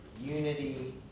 unity